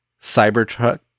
Cybertruck